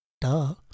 Duh